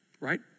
Right